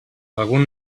algun